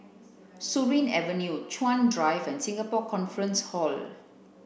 Surin Avenue Chuan Drive and Singapore Conference Hall